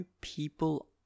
people